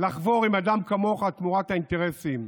לחבור אל אדם כמוך תמורת אינטרסים.